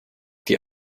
die